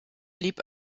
blieb